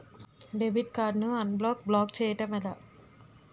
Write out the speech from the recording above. Debit card ను unblock block చేయటం ఎలా?